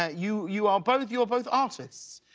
ah you you are both, you are both artists.